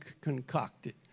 concocted